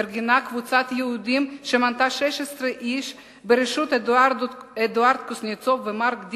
התארגנה קבוצת יהודים שמנתה 16 איש בראשות אדוארד קוזנצוב ומרק דימשיץ,